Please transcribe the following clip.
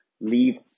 leave